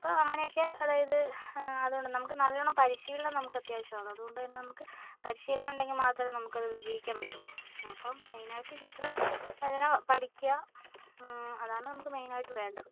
അപ്പോൾ അങ്ങനെയൊക്കെ അതായത് അതുകൊണ്ട് നമുക്ക് നല്ലവണം പരിശീലനം നമുക്കതത്യാവശ്യമാണ് അതു കൊണ്ടുതന്നെ നമുക്ക് പരിശീലനം ഉണ്ടെങ്കിൽ മാത്രമേ നമുക്കത് വിജയിക്കാൻ പറ്റുകയുള്ളു അപ്പം മെയിനായിട്ട് ചിത്ര രചന പഠിക്കുക അതാണ് നമുക്ക് മെയിനായിട്ട് വേണ്ടത്